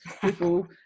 people